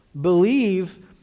believe